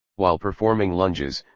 while performing lunges,